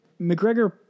McGregor